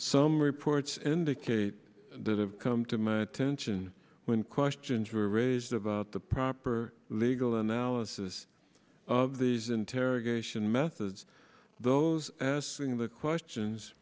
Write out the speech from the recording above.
some reports indicate that have come to my attention when questions were raised about the proper legal analysis of these interrogation methods those asking the questions